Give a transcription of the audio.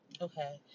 Okay